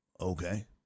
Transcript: Okay